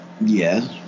Yes